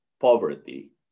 poverty